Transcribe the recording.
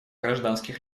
гражданских